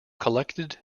collected